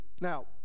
Now